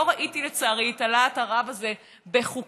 לא ראיתי לצערי את הלהט הרב הזה בחוקים